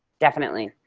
definitely.